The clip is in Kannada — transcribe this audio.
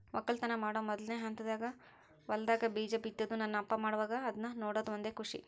ವಕ್ಕಲತನ ಮಾಡೊ ಮೊದ್ಲನೇ ಹಂತದಾಗ ಹೊಲದಾಗ ಬೀಜ ಬಿತ್ತುದು ನನ್ನ ಅಪ್ಪ ಮಾಡುವಾಗ ಅದ್ನ ನೋಡದೇ ಒಂದು ಖುಷಿ